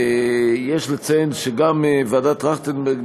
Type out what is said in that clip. יש לציין שגם ועדת טרכטנברג,